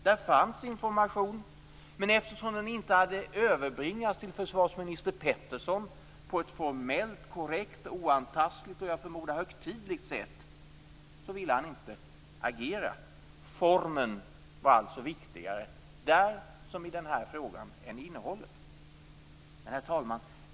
Det fanns information. Men eftersom den inte hade överbringats till försvarsminister Peterson på ett formellt, korrekt, oantastligt och, förmodar jag, högtidligt sätt ville han inte agera. Formen var alltså där liksom i den här frågan viktigare än innehållet.